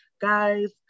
guys